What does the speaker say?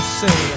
say